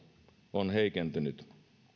on heikentynyt